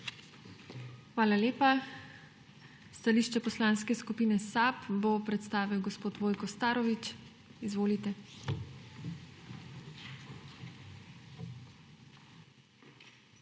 Hvala lepa. Stališče Poslanske skupine SNS bo predstavil gospod Dušan Šiško. Izvolite.